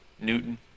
Newton